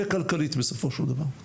וכלכלית בסופו של דבר.